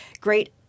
great